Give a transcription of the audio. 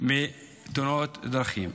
בתאונות דרכים.